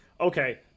okay